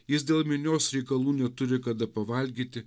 jis dėl minios reikalų neturi kada pavalgyti